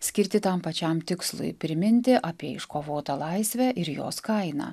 skirti tam pačiam tikslui priminti apie iškovotą laisvę ir jos kainą